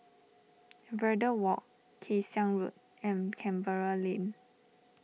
Verde Walk Kay Siang Road and Canberra Lane